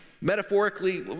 metaphorically